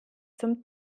zum